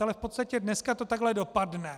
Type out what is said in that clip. Ale v podstatě dneska to takhle dopadne.